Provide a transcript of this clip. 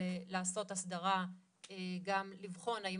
לעשות הסדרה, גם לבחון האם